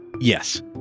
Yes